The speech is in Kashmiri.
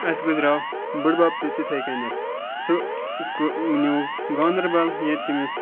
اَسہِ گُزریٛوو بٔڑِ بَب تہِ تِتھٕے کٔنٮ۪تھ سُہ نیوٗ گاندَربَل ییٚتہِ تٔمِس